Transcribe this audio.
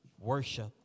worship